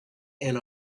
ann